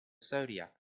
zodiac